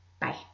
Bye